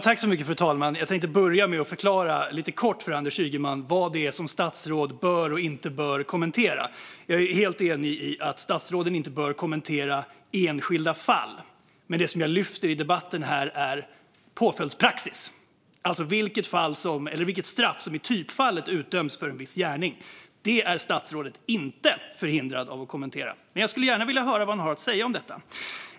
Fru talman! Jag tänkte börja med att lite kortfattat förklara för Anders Ygeman vad det är som statsråd bör och inte bör kommentera. Jag är helt enig i att statsråden inte bör kommentera enskilda fall. Men det som jag lyfter fram här i debatten är påföljdspraxis, alltså vilket straff som i typfallet utdöms för en viss gärning. Det är statsrådet inte förhindrad att kommentera. Men jag skulle gärna vilja höra vad han har att säga om detta.